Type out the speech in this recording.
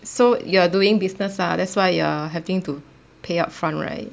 so you're doing business lah that's why you're having to pay up front right